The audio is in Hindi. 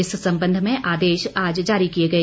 इस संबंध में आदेश आज जारी किए गए